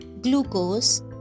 glucose